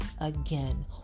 again